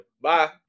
Bye